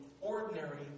ordinary